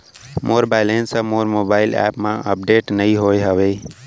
मोर balance हा मोर mobile app मा अपडेट नहीं होय हवे